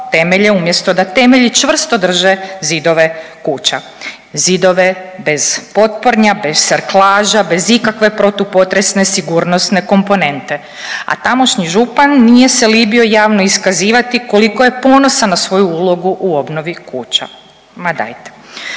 umjesto da temelji čvrsto drže zidove kuća, zidove bez potpornja, bez serklaža, bez ikakve protupotresne sigurnosne komponente a tamošnji župan nije se libio javno iskazivati koliko je ponosan na svoju ulogu u obnovi kuća. Ma dajte!